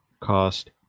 cost